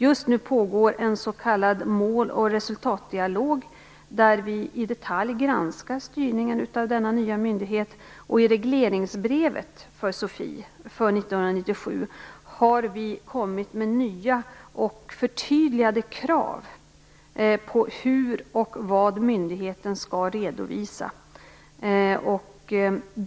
Just nu pågår en s.k. mål och resultatdialog där vi i detalj granskar styrningen av denna nya myndighet, och i regleringsbrevet för SOFI för 1997 har vi kommit med nya och förtydligade krav på hur och vad myndigheten skall redovisa.